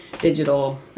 digital